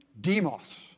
demos